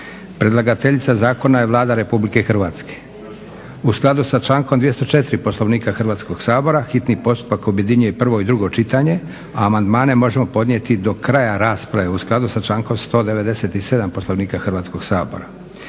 Predlagateljica Zakona je Vlada RH. U skladu sa člankom 204. Poslovnika Hrvatskog sabora hitni postupak objedinjuje prvo i drugo čitanje, a amandmane možemo podnijeti do kraja rasprave u skladu sa člankom 197. Poslovnika Hrvatskog sabora.